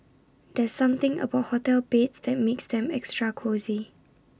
there's something about hotel beds that makes them extra cosy